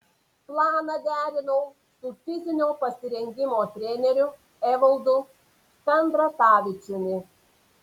planą derinau su fizinio pasirengimo treneriu evaldu kandratavičiumi